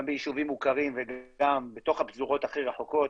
גם ביישובים מוכרים וגם בתוך הפזורות הכי רחוקות,